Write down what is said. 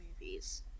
movies